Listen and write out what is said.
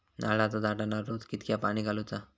नारळाचा झाडांना रोज कितक्या पाणी घालुचा?